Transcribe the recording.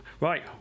Right